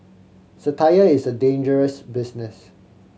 satire is a dangerous business